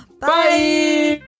bye